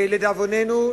לדאבוננו,